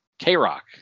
K-Rock